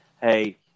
Hey